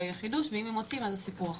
יהיה חידוש ואם הם מוצאים זה סיפור אחר.